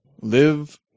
live